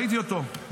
ראיתי אותו,